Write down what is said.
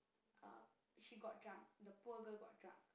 uh she got drunk the poor girl got drunk